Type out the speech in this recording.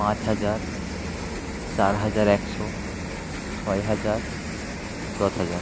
পাঁচ হাজার চার হাজার একশো ছয় হাজার দশ হাজার